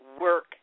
work